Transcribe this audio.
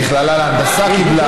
המכללה להנדסה קיבלה